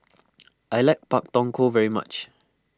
I like Pak Thong Ko very much